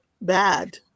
bad